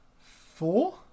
Four